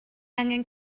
angen